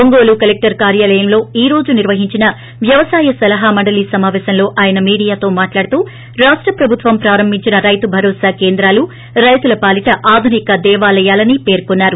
Ongole collector కార్యాలయంలో ఈ రోజు నిర్వహించిన వ్యవసాయ సలహా మండలి సమాపేశంలో ఆయన మీడియాతో మాట్లాడుతూ రాష్ట ప్రభుత్వం ప్రారంభించిన రైతు భరోసా కేంద్రాలు రైతుల పాలీట ఆధునిక దేవాలయాలని పేర్కోన్నారు